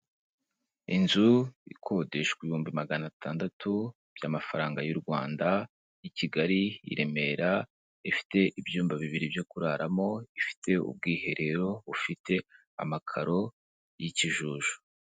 Inzu ikodeshwa ibihumbi magana atandatu by'amafaranga y'u Rwanda, i Kigali, i Remera, ifite ibyumba bibiri byo kuraramo, ifite ubwiherero bufite amakaro y'ikijuju.